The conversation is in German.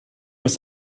ist